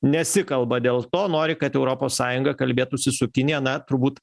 nesikalba dėl to nori kad europos sąjunga kalbėtųsi su kinija na turbūt